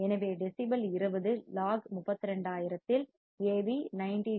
எனவே decibel 20 log 32000 இல் Av 90 D